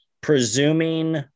presuming